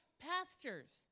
pastors